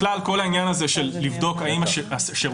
בכלל כל העניין הזה של לבדוק האם השירות